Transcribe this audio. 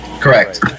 Correct